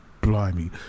blimey